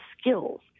skills